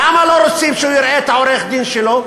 למה לא רוצים שהוא יראה את העורך-דין שלו?